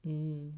mm